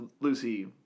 Lucy